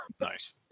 Nice